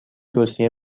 توصیه